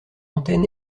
antenne